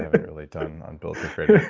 haven't really done on bulletproof radio!